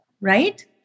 right